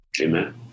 Amen